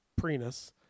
prenus